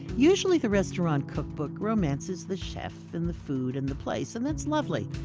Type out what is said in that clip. usually the restaurant cookbook romances the chef, and the food and the place and that's lovely.